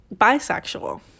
bisexual